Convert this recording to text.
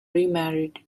remarried